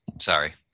sorry